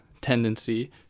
tendency